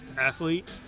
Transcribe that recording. athlete